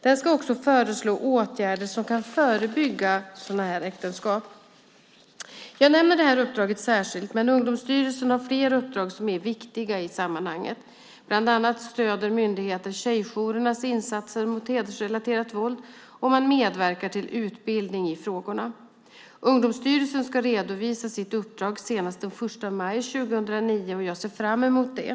Den ska också föreslå åtgärder som kan förebygga sådana här äktenskap. Jag nämner det här uppdraget särskilt, men Ungdomsstyrelsen har fler uppdrag som är viktiga i det här sammanhanget. Bland annat stöder myndigheten tjejjourernas insatser mot hedersrelaterat våld och medverkar till utbildning i frågorna. Ungdomsstyrelsen ska redovisa sitt uppdrag senast den 1 maj 2009, och jag ser fram emot det.